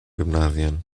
gymnasien